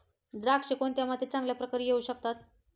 द्राक्षे कोणत्या मातीत चांगल्या प्रकारे येऊ शकतात?